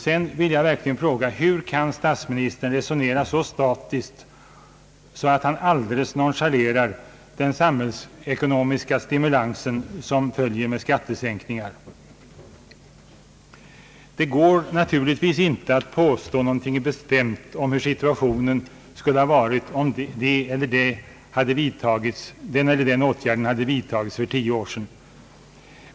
Sedan vill jag verkligen fråga: Hur kan statsministern resonera så statiskt att han alldeles nonchalerar den samhällsekonomiska stimulans som följer med skattesänkningar? Det går naturligtvis inte att påstå någonting bestämt om hur situationen skulle ha varit om den eller den åtgärden hade vidtagits för tio år sedan.